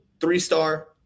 Three-star